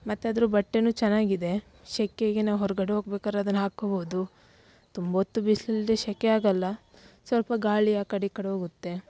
ಮತ್ತು ಅದರ ಬಟ್ಟೆಯೂ ಚೆನ್ನಾಗಿದೆ ಸೆಕೆಗೆ ನಾವು ಹೊರಗಡೆ ಹೋಗ್ಬೇಕಾದ್ರೆ ಅದನ್ನ ಹಾಕೊಳ್ಬೋದು ತುಂಬ ಹೊತ್ತು ಬಿಸಿಲಲ್ಲಿ ಸೆಕೆ ಆಗೋಲ್ಲ ಸ್ವಲ್ಪ ಗಾಳಿ ಆ ಕಡೆ ಈ ಕಡೆ ಹೋಗುತ್ತೆ